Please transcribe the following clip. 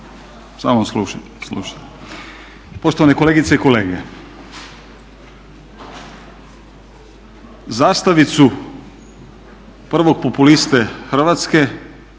samo …. Poštovane kolegice i kolege. Zastavicu prvog populiste Hrvatske